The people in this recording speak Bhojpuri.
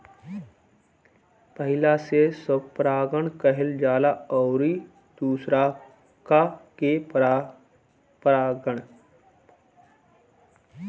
पहिला से स्वपरागण कहल जाला अउरी दुसरका के परपरागण